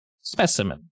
specimen